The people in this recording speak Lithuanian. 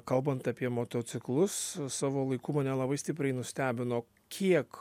kalbant apie motociklus savo laiku mane labai stipriai nustebino kiek